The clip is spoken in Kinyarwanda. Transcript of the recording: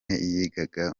yigaga